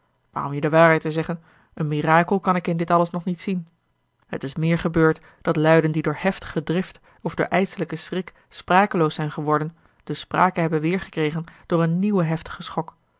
om je de waarheid te zeggen een mirakel kan ik in dit alles nog niet zien het is meer gebeurd dat luiden die door heftige drift of door ijselijken schrik a l g bosboom-toussaint de delftsche wonderdokter eel sprakeloos zijn geworden de sprake hebben weêrgekregen door een nieuwen heftigen schok